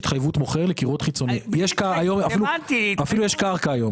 היום אפילו יש קרקע.